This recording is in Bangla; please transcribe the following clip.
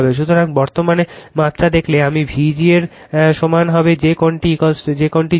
সুতরাং বর্তমান মাত্রা দেখলে আমি Vg এর সমান হব যে কোণটি 0 Vg কোণ 0